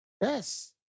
Yes